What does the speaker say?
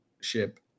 ship